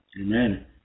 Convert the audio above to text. Amen